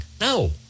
No